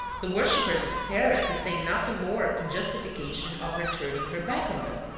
the worshippers of sarah could say nothing more in justification of her turning her back on them,